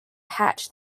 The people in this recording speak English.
hatch